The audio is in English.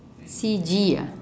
C G ah